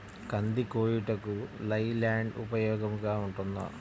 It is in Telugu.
కంది కోయుటకు లై ల్యాండ్ ఉపయోగముగా ఉంటుందా?